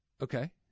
Okay